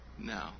No